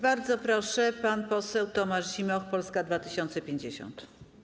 Bardzo proszę, pan poseł Tomasz Zimoch, Polska 2050.